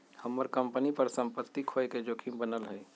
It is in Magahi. हम्मर कंपनी पर सम्पत्ति खोये के जोखिम बनल हई